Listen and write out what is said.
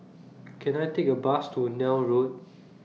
Can I Take A Bus to Neil Road